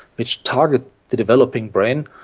which target the developing brain.